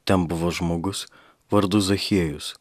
ten buvo žmogus vardu zachiejus